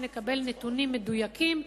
שנקבל נתונים מדויקים,